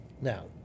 Now